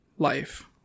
Life